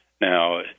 Now